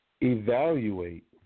Evaluate